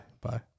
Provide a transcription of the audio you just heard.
Bye